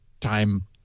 time